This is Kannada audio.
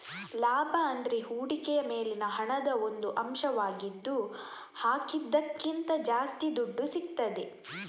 ಲಾಭ ಅಂದ್ರೆ ಹೂಡಿಕೆಯ ಮೇಲಿನ ಹಣದ ಒಂದು ಅಂಶವಾಗಿದ್ದು ಹಾಕಿದ್ದಕ್ಕಿಂತ ಜಾಸ್ತಿ ದುಡ್ಡು ಸಿಗ್ತದೆ